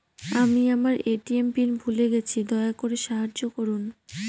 আমি আমার ATM PIN ভুলে গেছি, দয়া করে সাহায্য করুন